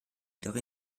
jedoch